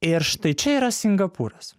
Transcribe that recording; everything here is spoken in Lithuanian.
ir štai čia yra singapūras